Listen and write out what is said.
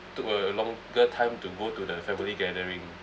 took a longer time to go to the family gathering